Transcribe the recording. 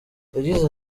yagize